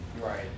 Right